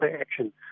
action